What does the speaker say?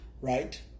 Right